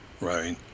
right